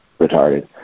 retarded